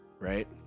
right